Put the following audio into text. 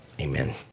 Amen